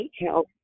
help